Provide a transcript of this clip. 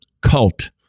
cult